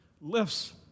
lifts